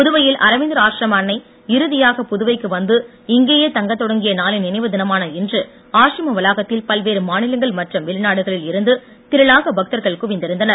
புதுவையில் அரவிந்தர் ஆசிரம அன்னை இறுதியாக புதுவைக்கு வந்து இங்கேயே தங்கத் தொடங்கிய நாளின் நினைவு தினமான இன்று ஆசிரம வளாகத்தில் பல்வேறு மாநிலங்கள் மற்றும் வெளிநாடுகளில் இருந்து திரளாக பக்தர்கள் குவிந்திருந்தனர்